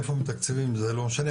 מאיפה מתקצבים זה לא משנה,